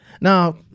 Now